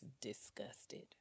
disgusted